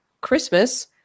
Christmas